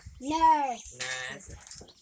Nurse